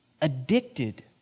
addicted